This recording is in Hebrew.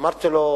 אמרתי לו: